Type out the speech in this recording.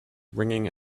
ringing